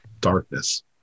darkness